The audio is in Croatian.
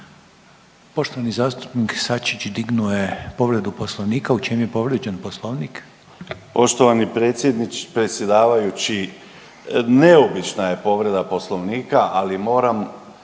Poštovani zastupnik Sačić dignuo je povredu Poslovnika. U čemu je povrijeđen Poslovnik?